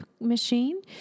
machine